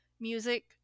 music